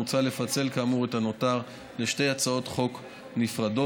מוצע לפצל כאמור את החלק הנותר לשתי הצעות חוק נפרדות,